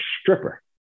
stripper